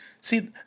See